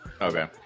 okay